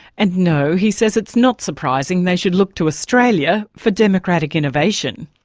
and no, he says, it's not surprising they should look to australia for democratic innovation.